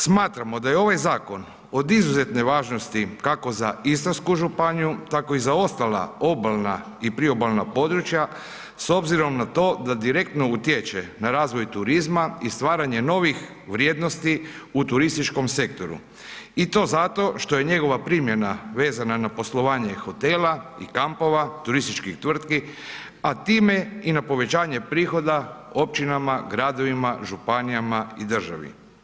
Smatramo da je ovaj zakon od izuzetne važnosti kako za Istarsku županiju tako i za ostala obalna i priobalna područja s obzirom na to da direktno utječe na razvoj turizma i stvaranje novih vrijednosti u turističkom sektoru i to zato što je njegova primjena vezana na poslovanje i hotela i kampova turističkih tvrtki, a time i na povećanje prihoda općinama, gradovima, županijama i državi.